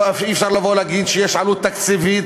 אי-אפשר לבוא ולהגיד שיש עלות תקציבית,